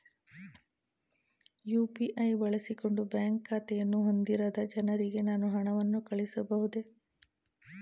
UPI ಬಳಸಿಕೊಂಡು bank ಖಾತೆಯನ್ನು ಹೊಂದಿರದ ಜನರಿಗೆ ನಾನು ಹಣವನ್ನು ಕಳುಹಿಸಬಹುದೇ?